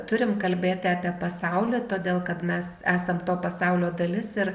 turim kalbėti apie pasaulį todėl kad mes esam to pasaulio dalis ir